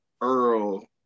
Earl